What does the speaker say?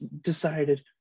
decided